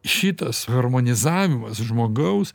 šitas harmonizavimas žmogaus